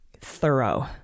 thorough